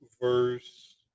verse